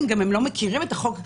אני יכולה להקריא לך את החוק: